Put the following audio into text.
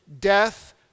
death